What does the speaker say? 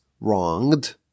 wronged